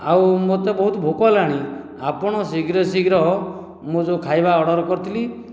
ଓ ମୋତେ ବହୁତ ଭୋକ ହେଲାଣି ଆପଣ ଶୀଘ୍ର ଶୀଘ୍ର ମୁଁ ଯେଉଁ ଖାଇବା ଅର୍ଡ଼ର କରିଥିଲି